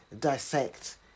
dissect